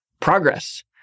progress